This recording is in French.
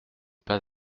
pas